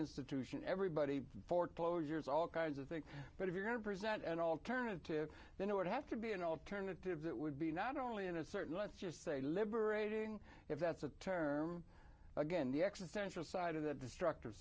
institution everybody foreclosures all kinds of things but if you're going to present an alternative then you would have to be an alternative that would be not only an uncertain let's just say liberating if that's a term again the existential side of that the struct